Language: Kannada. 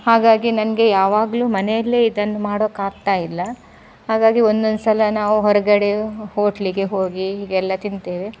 ಹಾಗಾಗಿ ನನಗೆ ಯಾವಾಗಲೂ ಮನೆಯಲ್ಲೇ ಇದನ್ನು ಮಾಡೋಕ್ಕಾಗ್ತಾ ಇಲ್ಲ ಹಾಗಾಗಿ ಒಂದೊಂದ್ಸಲ ನಾವು ಹೊರಗಡೆ ಹೋಟ್ಲಿಗೆ ಹೋಗಿ ಹೀಗೆಲ್ಲ ತಿಂತೇವೆ